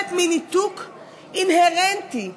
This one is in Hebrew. סובלת מניתוק אינהרנטי.